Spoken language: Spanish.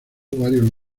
varios